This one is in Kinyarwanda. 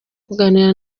kuganira